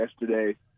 yesterday